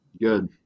Good